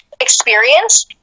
experience